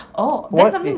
what if